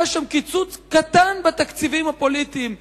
היה שם קיצוץ קטן בתקציבים הפוליטיים,